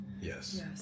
Yes